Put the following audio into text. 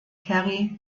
kerry